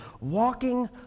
walking